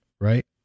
right